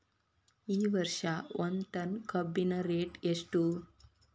ಈ ವರ್ಷ ಒಂದ್ ಟನ್ ಕಬ್ಬಿನ ರೇಟ್ ಎಷ್ಟು?